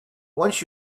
once